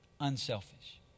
Unselfish